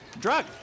Drug